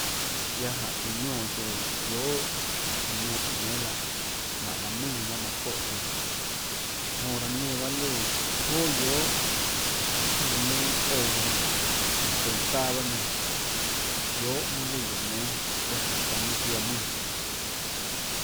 Guiaâ jáhå tiuã niónã tsouã guiohà iã nenã táhå nénâ laã jmánhå laã mùnã bahâ manã çóhã tsouã iã jonã laã nenã bahâ lùã tóhå joà guiohà láhå jøè neinâ ouã nenã iã tøå taâ bahâ nenã guiohà mønâ lùã guióå nénâ guiaâ jáhå taã mønâ ziaã mùnã.